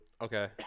Okay